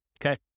okay